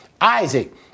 Isaac